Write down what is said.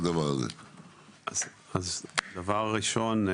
דבר ראשון,